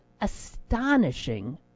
astonishing